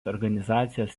organizacijos